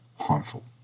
harmful